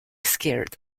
scared